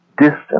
distance